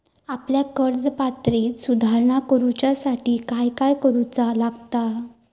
आपल्या कर्ज पात्रतेत सुधारणा करुच्यासाठी काय काय करूचा लागता?